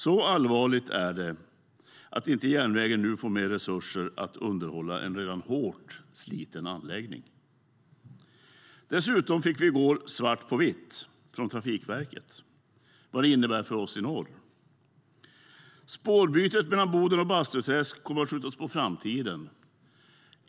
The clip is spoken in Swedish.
Så allvarligt är det att inte järnvägen nu får mer resurser att underhålla en redan hårt sliten anläggning. Dessutom fick vi i går svart på vitt från Trafikverket vad det innebär för oss i norr. Spårbytet mellan Boden och Bastuträsk kommer att skjutas på framtiden.